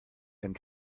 and